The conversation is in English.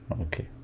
okay